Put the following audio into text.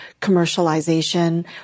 commercialization